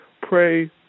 pray